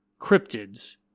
cryptids